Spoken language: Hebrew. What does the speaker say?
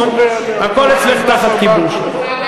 הכול תחת כיבוש אצלך,